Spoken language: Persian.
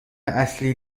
اصلی